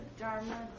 Dharma